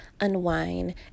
unwind